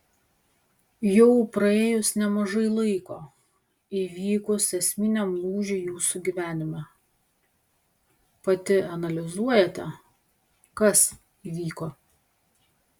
jau praėjus nemažai laiko įvykus esminiam lūžiui jūsų gyvenime pati analizuojate kas įvyko